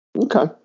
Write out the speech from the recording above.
okay